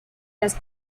las